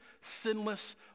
sinless